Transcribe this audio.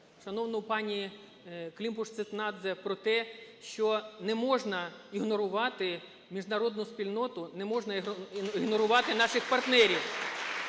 шановну пані Климпуш-Цинцадзе про те, що не можна ігнорувати міжнародну спільноту, не можна ігнорувати наших партнерів.